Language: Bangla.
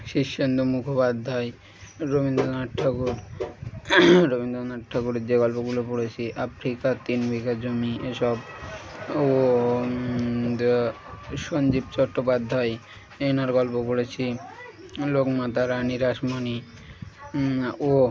শীর্ষেন্দু মুখোপাধ্যায় রবীন্দ্রনাথ ঠাকুর রবীন্দ্রনাথ ঠাকুরের যে গল্পগুলো পড়েছি আফ্রিকা তিন বিঘা জমি এসব ও সঞ্জীব চট্টোপাধ্যায় এনার গল্প পড়েছি লোকমাতা রানী রাসমণি ও